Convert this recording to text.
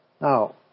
Now